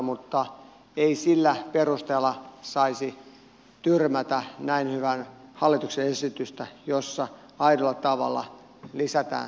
mutta ei sillä perusteella saisi tyrmätä näin hyvää hallituksen esitystä jossa aidolla tavalla lisätään suomalaisia työpaikkoja